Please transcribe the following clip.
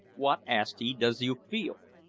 wot, asked he, does you feel?